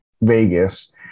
Vegas